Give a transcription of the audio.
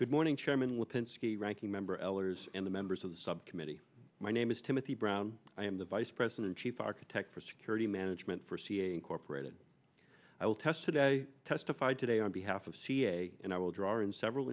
good morning chairman lipinski ranking member ehlers in the members of the subcommittee my name is timothy brown i am the vice president and chief architect for security management for ca and corporate and i will test today testified today on behalf of ca and i will draw in several